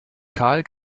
karl